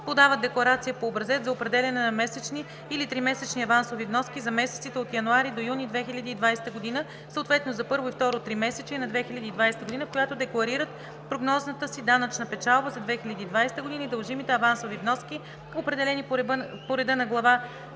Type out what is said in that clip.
подават декларация по образец за определяне на месечни или тримесечни авансови вноски за месеците от януари до юни 2020 г., съответно за първо и второ тримесечие на 2020 г., в която декларират прогнозната си данъчна печалба за 2020 г. и дължимите авансови вноски, определени по реда на Глава